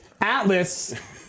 Atlas